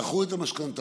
דחו את המשכנתאות,